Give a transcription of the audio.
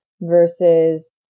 versus